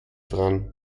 dran